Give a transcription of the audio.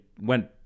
went